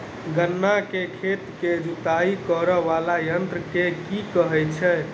गन्ना केँ खेत केँ जुताई करै वला यंत्र केँ की कहय छै?